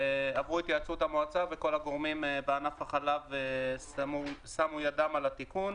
כל הגורמים בענף החלב שמו ידם על התיקון.